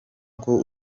uko